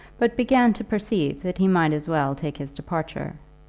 but began to perceive that he might as well take his departure.